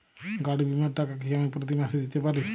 গাড়ী বীমার টাকা কি আমি প্রতি মাসে দিতে পারি?